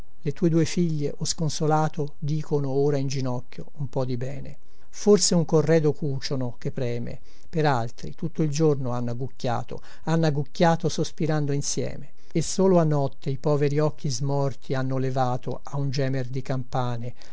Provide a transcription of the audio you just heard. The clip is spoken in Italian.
le tue due figlie o sconsolato dicono ora in ginocchio un po di bene forse un corredo cuciono che preme per altri tutto il giorno hanno agucchiato hanno agucchiato sospirando insieme e solo a notte i poveri occhi smorti hanno levato a un gemer di campane